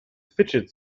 fidget